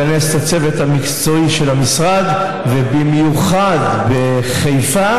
לכנס את הצוות המקצועי של המשרד, ובמיוחד בחיפה.